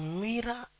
mirror